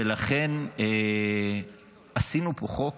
ולכן עשינו פה חוק